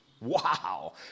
Wow